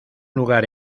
lugar